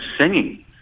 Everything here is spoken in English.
singing